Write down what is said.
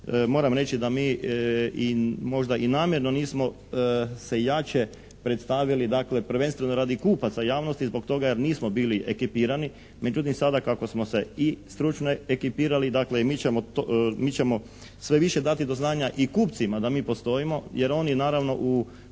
Moram reći da mi i možda i namjerno nismo se jače predstavili prvenstveno radi kupaca javnosti zbog toga jer nismo bili ekipirani međutim sada kako smo se i stručno ekipirali mi ćemo sve više dati do znanja i kupcima da mi postojimo jer oni naravno u